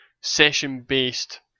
session-based